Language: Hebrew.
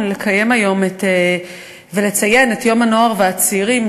לקיים ולציין היום את יום הנוער והצעירים,